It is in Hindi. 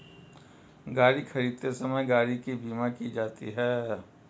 गाड़ी खरीदते समय गाड़ी की बीमा की जाती है